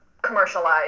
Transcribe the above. commercialized